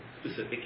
specific